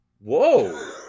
Whoa